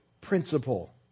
principle